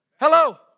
Hello